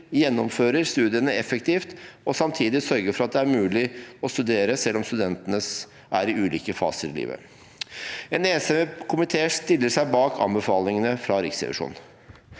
gjennomfører studiene effektivt, og samtidig sørge for at det er mulig å studere selv om studentene er i ulike faser i livet En enstemmig komité stiller seg bak anbefalingene fra Riksrevisjonen.